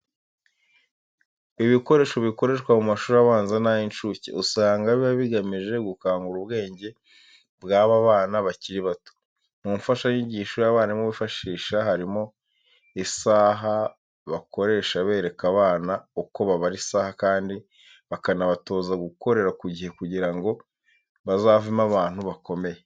Ibikoresho bikoreshwa mu mashuri abanza n'ay'inshuke, usanga biba bigamije gukangura ubwenge bw'aba bana bakiri bato. Mu mfashanyigisho abarimu bifashisha harimo isaha bakoresha bereka abana uko babara isaha kandi bakanabatoza gukorera ku gihe kugira ngo bazavemo abantu bakomeye.